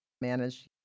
manage